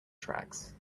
tracks